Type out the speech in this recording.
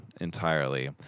entirely